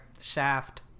Shaft